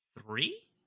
three